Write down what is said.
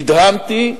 נדהמתי.